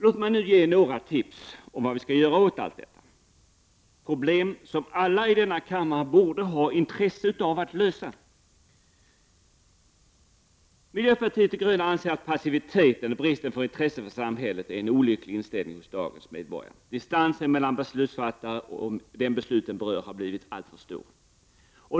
Låt mig nu ge några tips om vad vi skall göra åt allt detta, problem som alla i denna kammare borde ha intresse av att lösa: Miljöpartiet de gröna anser att passiviteten och bristen på intresse för samhället är en olycklig inställning hos dagens medborgare. Distansen mellan beslutsfattare och dem besluten berör har blivit alltför stor.